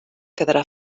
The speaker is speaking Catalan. quedarà